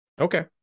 Okay